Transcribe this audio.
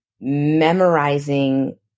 memorizing